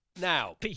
Now